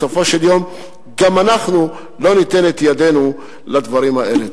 בסופו של יום גם אנחנו לא ניתן את ידנו לדברים האלה.